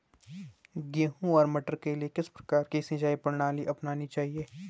गेहूँ और मटर के लिए किस प्रकार की सिंचाई प्रणाली अपनानी चाहिये?